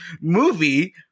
movie